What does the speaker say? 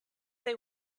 they